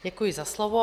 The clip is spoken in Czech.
Děkuji za slovo.